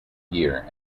year